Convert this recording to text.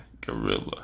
gorilla